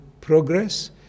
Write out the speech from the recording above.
progress